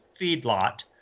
feedlot